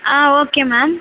ah okay ma'am